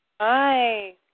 Hi